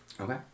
Okay